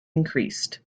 increased